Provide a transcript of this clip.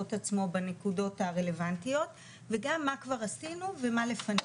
את עצמו בנקודות הרלוונטיות וגם מה כבר עשינו ומה לפנינו.